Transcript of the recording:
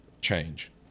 change